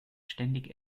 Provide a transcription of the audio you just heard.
ständig